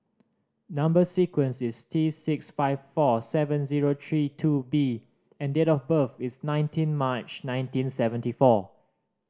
number sequence is T six five four seven zero three two B and date of birth is nineteen March nineteen seventy four